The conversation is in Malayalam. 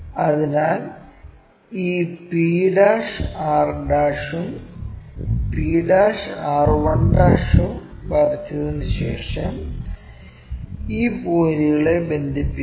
അതിനാൽ ഈ pr ഉം pr1 ഉം വരച്ചതിനുശേഷം ഈ പോയിന്റുകളെ ബന്ധിപ്പിക്കുന്നു